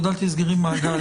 עוד אל תסגרי מעגל,